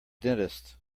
dentist